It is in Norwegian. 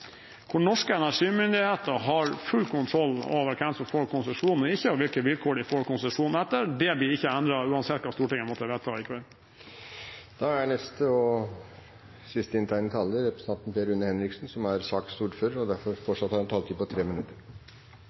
hvor norske energimyndigheter har full kontroll over hvem som får konsesjon og ikke, og hvilke vilkår de får konsesjon etter. Det blir ikke endret uansett hva Stortinget måtte vedta i dag. Jeg skal bare prøve å oppsummere debatten. Etter mitt skjønn har debatten ikke gitt noe svar på de innvendingene som mindretallet har